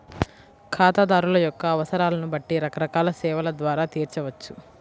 ఖాతాదారుల యొక్క అవసరాలను బట్టి రకరకాల సేవల ద్వారా తీర్చవచ్చు